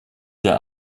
der